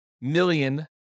million